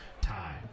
time